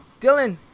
Dylan